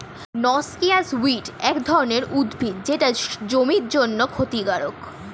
noxious weed এক ধরনের উদ্ভিদ যেটা জমির জন্যে ক্ষতিকারক